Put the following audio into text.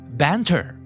banter